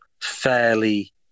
fairly